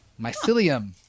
mycelium